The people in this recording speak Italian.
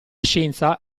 scienza